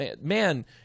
man